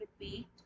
repeat